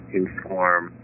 inform